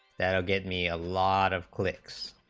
that'll give me a lot of clicks